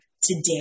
today